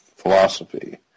philosophy